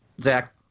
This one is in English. Zach